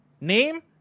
Name